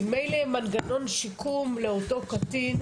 כי ממילא מנגנון שיקום לאותו קטין,